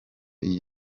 iyi